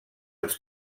els